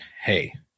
Hey